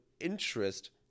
interest